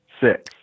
Six